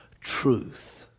truth